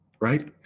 Right